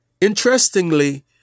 Interestingly